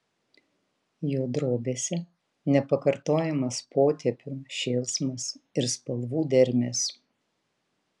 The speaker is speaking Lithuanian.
jo drobėse nepakartojamas potėpių šėlsmas ir spalvų dermės